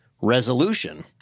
resolution